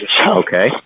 Okay